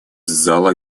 зала